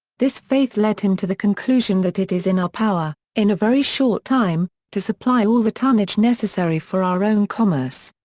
this faith led him to the conclusion that it is in our power, in a very short time, to supply all the tonnage necessary for our own commerce.